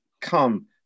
come